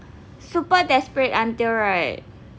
super desperate until right